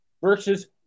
versus